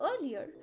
earlier